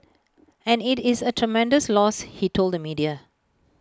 and IT is A tremendous loss he told the media